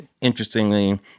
interestingly